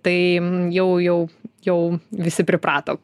tai jau jau jau visi priprato